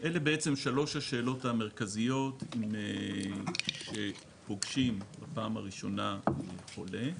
אלו שלוש השאלות המרכזיות שפוגשים בפעם הראשונה חולה,